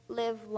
live